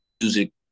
music